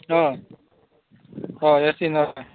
हय हय हो सीन आसा